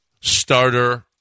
starter